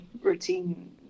routine